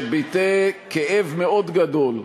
שביטא כאב מאוד גדול,